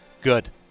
Good